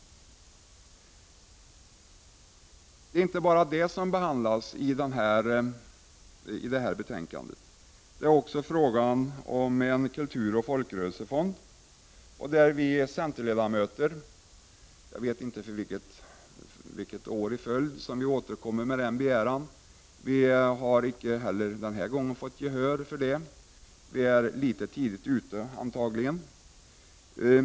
Det är inte bara detta som behandlas i betänkandet utan också frågan om en kulturoch folkrörelsefond. Vi centerledamöter återkommer — jag vet inte för vilket år i följd — med denna begäran. Vi har inte heller den här gången fått gehör för den. Vi är antagligen litet tidigt ute.